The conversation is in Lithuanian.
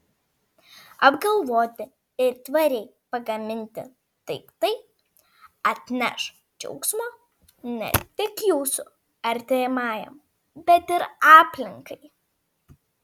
apgalvoti ir tvariai pagaminti daiktai atneš džiaugsmo ne tik jūsų artimajam bet ir aplinkai